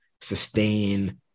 sustain